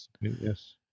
Yes